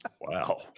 Wow